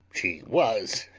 she was,